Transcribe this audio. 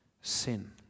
sin